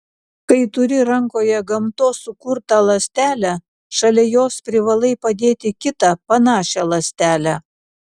kai turi rankoje gamtos sukurtą ląstelę šalia jos privalai padėti kitą panašią ląstelę